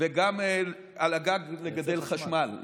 וגם על הגג לגדל חשמל.